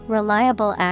Reliable